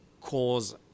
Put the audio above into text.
cause